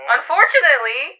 Unfortunately